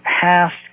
past